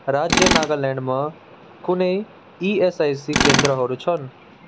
राज्य नागाल्यान्डमा कुनै इएसआइसी केन्द्रहरू छन्